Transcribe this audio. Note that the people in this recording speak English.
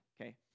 okay